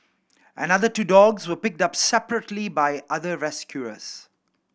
another two dogs were picked up separately by other rescuers